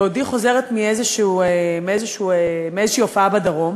בעודי חוזרת מאיזו הופעה בדרום